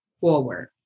forward